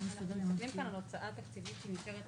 אנחנו מדברים כאן על הוצאה תקציבית שנשארת